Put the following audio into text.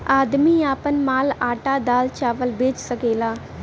आदमी आपन माल आटा दाल चावल बेच सकेला